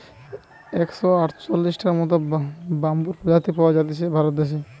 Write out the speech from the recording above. একশ আটচল্লিশটার মত বাম্বুর প্রজাতি পাওয়া জাতিছে ভারত দেশে